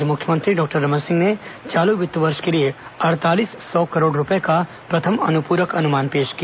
आज मुख्यमंत्री डॉक्टर रमन सिंह ने चालू वित्त वर्ष के लिए अड़तालीस सौ करोड़ रूपये का प्रथम अनुप्रक अनुमान पेश किया